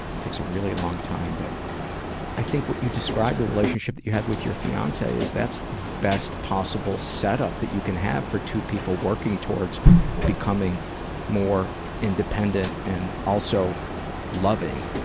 it takes a really long time. but i think what you describe the relationship that you have with your fiancee is that's the best possible setup that you can have for two people working towards becoming more independent and also loving,